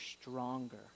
stronger